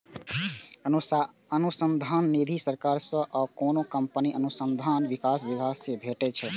अनुसंधान निधि सरकार सं आ कोनो कंपनीक अनुसंधान विकास विभाग सं भेटै छै